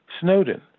Snowden